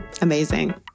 amazing